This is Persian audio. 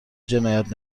جنایت